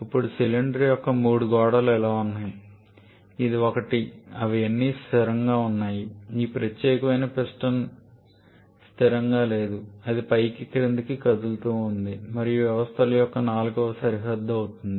ఇప్పుడు సిలిండర్ యొక్క మూడు గోడలు ఇలా ఉంటాయి ఇది ఒకటి అవి అన్నీ స్థిరంగా ఉన్నాయి ఈ ప్రత్యేకమైన పిస్టన్ స్థిరంగా లేదు అది పైకి క్రిందికి కదులుతూ ఉంటుంది మరియు వ్యవస్థ యొక్క నాల్గవ సరిహద్దు అవుతుంది